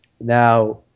Now